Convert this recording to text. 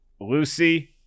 Lucy